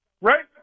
Right